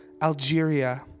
Algeria